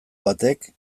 batek